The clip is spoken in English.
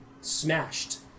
smashed